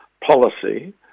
policy